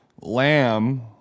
lamb